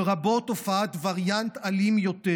לרבות הופעת וריאנט שיהיה אלים יותר